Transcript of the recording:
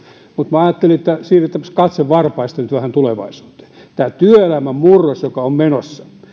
mutta minä ajattelin että siirretäänpä katse varpaista nyt vähän tulevaisuuteen tämä työelämän murros joka on menossa